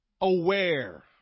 aware